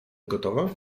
gotowa